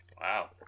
Wow